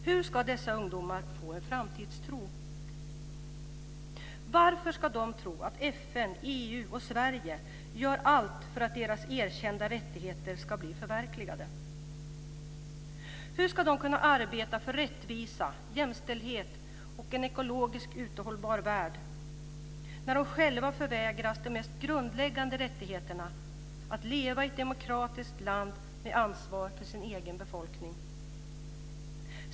Hur ska dessa ungdomar få en framtidstro? Varför ska de tro att FN, EU och Sverige gör allt för att deras erkända rättigheter ska bli förverkligade? Hur ska de kunna arbeta för rättvisa, jämställdhet och en ekologiskt hållbar värld när de själva förvägras de mest grundläggande rättigheterna att leva i ett demokratiskt land i ansvar för sin egen befolkning?